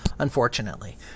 unfortunately